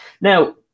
Now